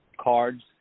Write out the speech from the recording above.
cards